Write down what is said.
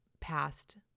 past